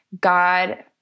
God